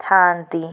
ଥାଆନ୍ତି